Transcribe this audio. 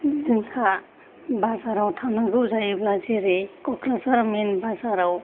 जोंहा बाजाराव थांनांगौ जायोब्ला जेरै कक्राझार मेन बाजाराव